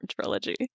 trilogy